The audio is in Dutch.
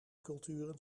culturen